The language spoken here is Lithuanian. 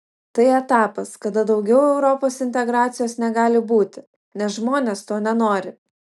tai etapas kada daugiau europos integracijos negali būti nes žmonės to nenori